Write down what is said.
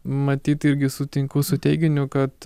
matyt irgi sutinku su teiginiu kad